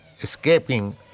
escaping